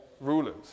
rulers